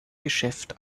geschäft